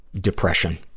depression